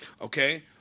okay